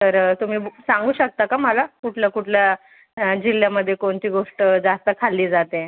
तर तुम्ही सांगू शकता का मला कुठलं कुठल्या जिल्ह्यामध्ये कोणती गोष्ट जास्त खाल्ली जाते